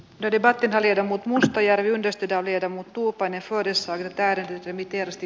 levy vaati tarjonnut murtojärvi yhdistetään viedä mut tuupainen voidessaan täydensi mittersti